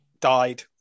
died